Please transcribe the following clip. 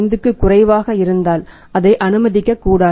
5 க்கும் குறைவாக இருந்தால் அதை அனுமதிக்கக்கூடாது